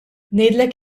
ngħidlek